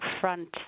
front